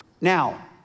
Now